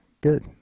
Good